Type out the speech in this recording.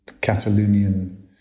Catalonian